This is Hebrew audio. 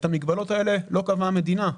את המגבלות האלה לא קבעה המדינה.